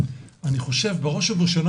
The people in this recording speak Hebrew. אני חושב בראש ובראשונה,